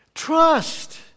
Trust